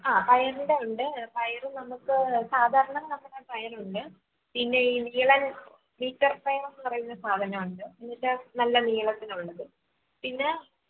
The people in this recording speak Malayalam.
പയറിൻ്റെ ഉണ്ട് പയർ നമുക്ക് സാധാരണ നമ്മുടെ പയറുണ്ട് പിന്നെ ഈ ഇളൻ മീറ്റർ പായറെന്നുപറയുന്ന സാധനമുണ്ട് എന്ന് വെച്ചാൽ നല്ല നീളത്തിനുള്ളത് പിന്നെ